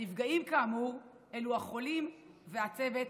הנפגעים כאמור אלו החולים והצוות,